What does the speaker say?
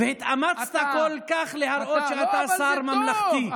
והתאמצת כל כך, אתה, אתה, להראות שאתה שר ממלכתי.